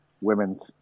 women's